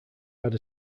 had